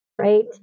right